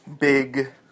big